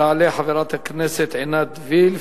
תעלה חברת הכנסת עינת וילף.